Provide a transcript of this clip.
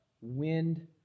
wind